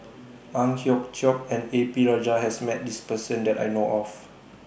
Ang Hiong Chiok and A P Rajah has Met This Person that I know of